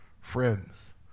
friends